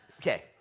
Okay